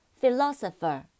Philosopher